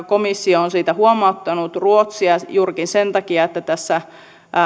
komissio on siitä huomauttanut ruotsia juurikin sen takia että tässä